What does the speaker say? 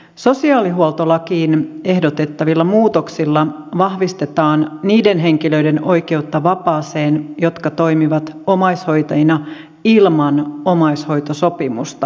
sosiaalihuoltolakiin ehdotettavilla muutoksilla vahvistetaan niiden henkilöiden oikeutta vapaaseen jotka toimivat omaishoitajina ilman omaishoitosopimusta